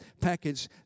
package